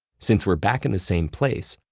since we're back in the same place,